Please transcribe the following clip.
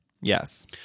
Yes